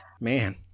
Man